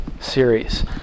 series